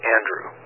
Andrew